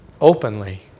openly